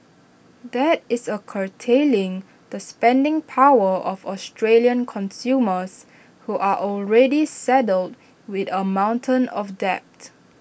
that is A curtailing the spending power of Australian consumers who are already saddled with A mountain of debt